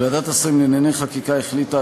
ועדת השרים לענייני חקיקה החליטה,